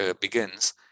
begins